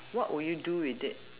what will you do with it